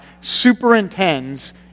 superintends